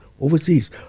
overseas